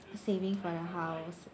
saving for the house